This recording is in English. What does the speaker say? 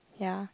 ya